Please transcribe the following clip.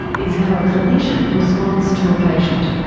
is how a clinician responds to a patient.